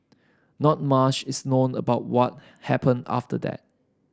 not mush is known about what happened after that